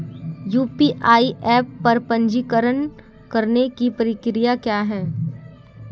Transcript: UPI app पर पंजीकरण करने की प्रक्रिया क्या है?